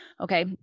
Okay